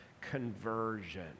conversion